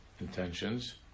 intentions